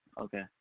Okay